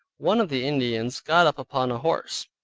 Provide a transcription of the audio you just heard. one of the indians got up upon a horse,